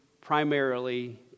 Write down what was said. primarily